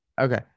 Okay